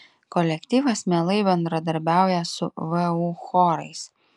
kolektyvas mielai bendradarbiauja su vu chorais